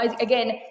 again